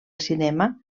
cinema